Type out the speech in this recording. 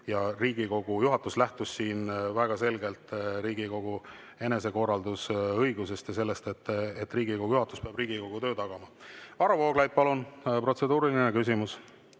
Riigikogu juhatus lähtus siin väga selgelt Riigikogu enesekorraldusõigusest ja sellest, et Riigikogu juhatus peab Riigikogu töö tagama. Varro Vooglaid, palun! Protseduuriline küsimus.